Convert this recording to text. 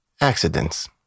accidents